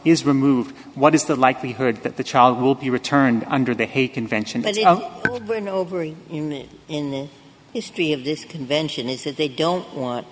is removed what is the likelihood that the child will be returned under the hague convention but when over in in the history of this convention is that they don't want